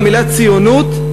המילה ציונות,